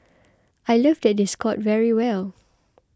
I love that they scored very well